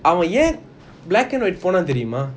அவன் ஏன்:avan yean black and white Ponnan தெரியுமா:ponnan teriyuma